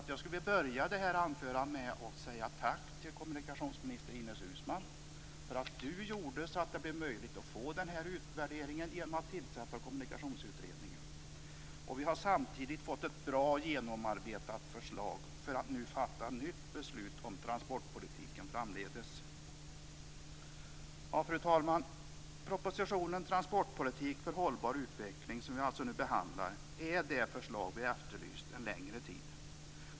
Så jag skulle vilja börja detta anförande med att säga tack till kommunikationsminister Ines Uusmann för att hon gjorde det möjligt att få till stånd en utvärdering genom att tillsätta Kommunikationsutredningen. Vi har nu fått ett bra och genomarbetat förslag för att fatta ett nytt beslut om transportpolitiken framdeles. Fru talman! Propositionen Transportpolitik för hållbar utveckling, som vi nu behandlar, är det förslag som vi efterlyst en längre tid.